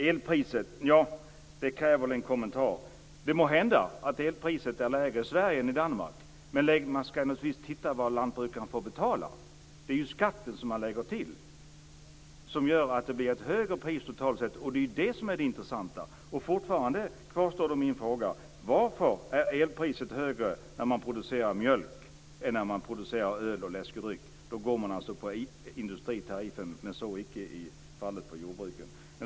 Elpriset kräver en kommentar. Det må hända att elpriset är lägre i Sverige än i Danmark, men man skall naturligtvis titta på vad lantbrukaren får betala. Det är skatten som läggs till som gör att det blir ett högre pris totalt sett. Det är det som är det intressanta. Fortfarande kvarstår min fråga: Varför är elpriset högre när man producerar mjölk än när man producerar öl och läskedryck? Då går man alltså på industritariffen, men så icke är fallet för jordbruket.